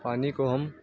پانی کو ہم